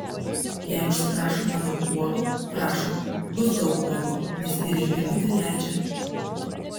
jei užsiprašoma daug uogų prašom bus daug uogų nes įrengimai tai leidžia